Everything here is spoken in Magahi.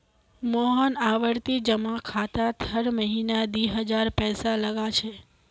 मोहन आवर्ती जमा खातात हर महीना दी हजार पैसा लगा छे